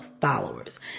followers